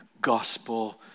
gospel